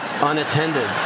unattended